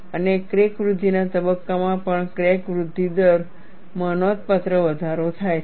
અને ક્રેક વૃદ્ધિના તબક્કામાં પણ ક્રેક વૃદ્ધિ દર માં નોંધપાત્ર વધારો થાય છે